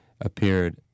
appeared